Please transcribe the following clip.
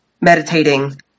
meditating